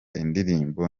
indirimbo